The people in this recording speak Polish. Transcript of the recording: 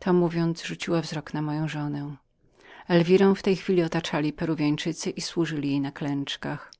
to mówiąc rzuciła wzrok na moją żonę elwirę w tej chwili otaczali peruwianie i służyli jej na klęczkach